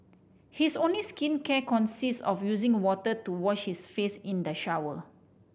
his only skincare consists of using water to wash his face in the shower